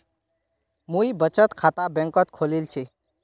मुई बचत खाता बैंक़त खोलील छि